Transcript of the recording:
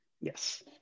yes